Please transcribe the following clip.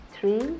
Three